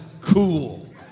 cool